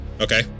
okay